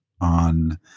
on